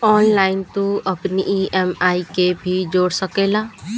online तू अपनी EMI के जोड़ भी सकेला